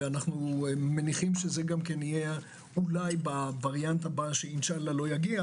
ואנו מניחים שזה יהיה אולי בווריאנט הבא שאינשאללה לא יגיע